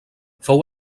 fou